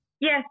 Yes